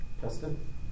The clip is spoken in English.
Justin